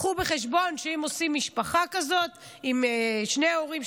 קחו בחשבון שאם עושים משפחה כזאת עם שני הורים,